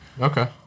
Okay